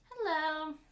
Hello